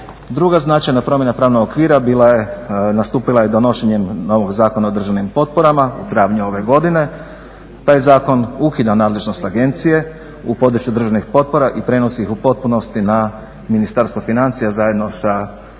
Druga značajna promjena pravnog okvira bila je, nastupila je donošenjem novog Zakona o državnim potporama u travnju ove godine. Taj zakon ukida nadležnost agencije u području državnih potpora i prenosi ih u potpunosti na Ministarstvo financija zajedno sa osobljem,